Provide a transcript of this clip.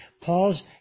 Paul's